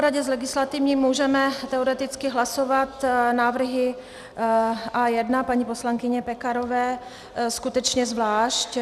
Po poradě s legislativou můžeme teoreticky hlasovat návrhy A1 paní poslankyně Pekarové skutečně zvlášť.